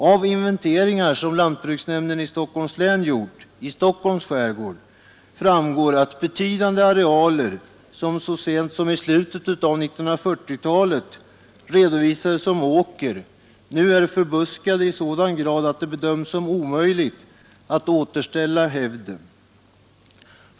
Av inventeringar som lantbruksnämnden i Stockholm gjort i Stockholms skärgård framgår att betydande arealer, som så sent som i slutet av 1940-talet redovisades som åker, nu är förbuskade i sådan grad att det bedöms som omöjligt att återställa hävden.